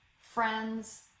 friends